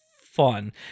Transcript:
fun